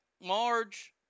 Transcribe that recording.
Marge